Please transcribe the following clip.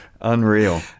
Unreal